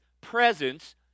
presence